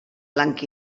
blanc